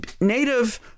native